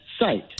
site